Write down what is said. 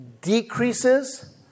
decreases